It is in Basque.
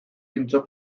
pintxo